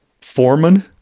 foreman